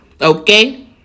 Okay